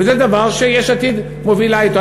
וזה דבר שיש עתיד מובילה אתו.